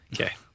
okay